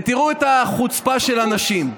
ותראו את החוצפה של אנשים.